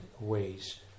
ways